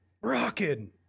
Rockin